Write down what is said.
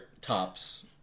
Tops